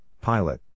Pilot